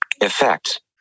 Effect